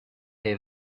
est